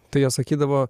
tai jie sakydavo